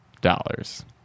dollars